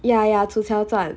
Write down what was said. ya ya 楚乔传